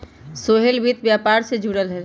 सोहेल वित्त व्यापार से जुरल हए